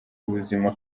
ubuzima